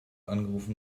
angerufen